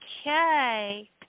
Okay